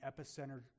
epicenter